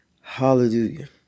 Hallelujah